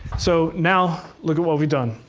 so now look at what we've done.